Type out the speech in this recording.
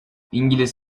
i̇ngiliz